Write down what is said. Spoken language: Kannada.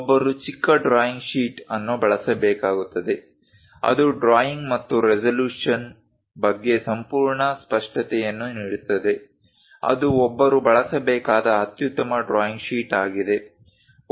ಒಬ್ಬರು ಚಿಕ್ಕ ಡ್ರಾಯಿಂಗ್ ಶೀಟ್ ಅನ್ನು ಬಳಸಬೇಕಾಗುತ್ತದೆ ಅದು ಡ್ರಾಯಿಂಗ್ ಮತ್ತು ರೆಸಲ್ಯೂಶನ್ ಬಗ್ಗೆ ಸಂಪೂರ್ಣ ಸ್ಪಷ್ಟತೆಯನ್ನು ನೀಡುತ್ತದೆ ಅದು ಒಬ್ಬರು ಬಳಸಬೇಕಾದ ಅತ್ಯುತ್ತಮ ಡ್ರಾಯಿಂಗ್ ಶೀಟ್ ಆಗಿದೆ